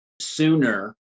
sooner